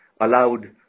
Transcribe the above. allowed